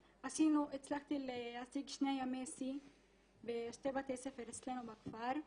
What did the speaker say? הצלחתי להשיג שני ימי שיא בשני בתי ספר אצלנו בכפר.